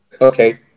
Okay